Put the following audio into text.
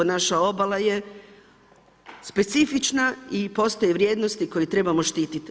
Naša obala je specifična i postoje vrijednosti koje trebamo štititi.